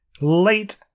late